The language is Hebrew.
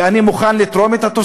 ואני מוכן לתרום אותה,